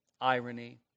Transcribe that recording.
irony